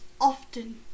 often